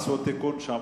עשו תיקון שם,